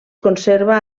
conserva